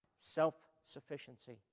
self-sufficiency